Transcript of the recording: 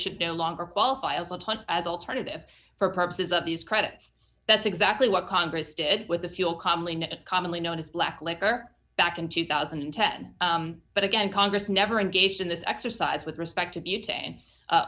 should no longer call piles of punch as alternative for purposes of these credits that's exactly what congress did with the fuel calmly commonly known as black liquor back in two thousand and ten but again congress never engaged in this exercise with respect to